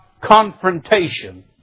confrontation